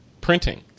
printing